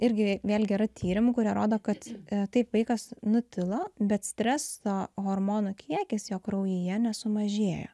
irgi vėlgi yra tyrimų kurie rodo kad taip vaikas nutilo bet streso hormono kiekis jo kraujyje nesumažėjo